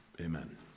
Amen